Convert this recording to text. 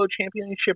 Championship